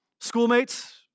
schoolmates